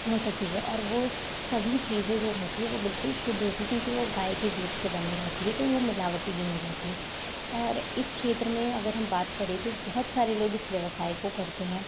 वो सब चीज़ें और वो सभी चीज़ें जो रहती हैं वो बिलकुल शुद्ध होती हैं क्योंकि वो गाय के दूध से बनी रहती हैं तो वो मिलावटी भी नहीं रहती और इस क्षेत्र में अगर हम बात करें तो बहुत सारे लोग इस व्यवसाय को करते हैं